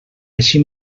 així